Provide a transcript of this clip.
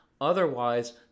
Otherwise